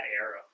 era